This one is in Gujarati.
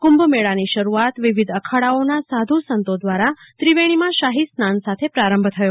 કુંભમેળાની શરૂઆત વિવિધ અખાડાઓના સાધુ સંતો દ્વારા ત્રિવેજીમાં શાહીસ્નાન સાથે પ્રારંભ થયો